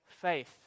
faith